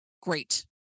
Great